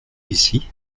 ici